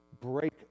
break